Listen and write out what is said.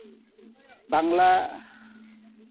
Bangla